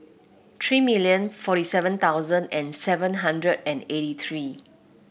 three million forty seven thousand and seven hundred and eighty three